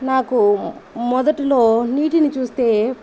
నాకు మొదటిలో నీటిని చూస్తే